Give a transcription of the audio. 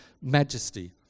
majesty